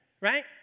Right